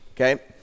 Okay